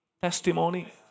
Testimony